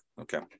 okay